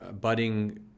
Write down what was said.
budding